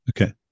Okay